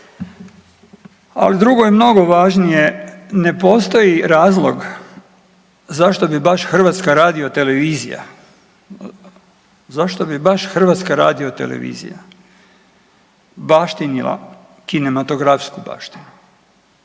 Ali drugo je mnogo važnije. Ne postoji razlog zašto bi baš Hrvatska radiotelevizija, zašto bi baš Hrvatska